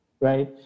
Right